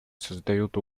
создает